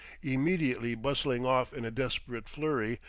immediately bustling off in a desperate flurry,